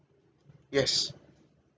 yes